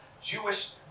Jewish